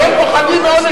הם פוחדים מאוד,